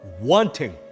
wanting